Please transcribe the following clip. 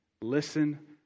Listen